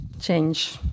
change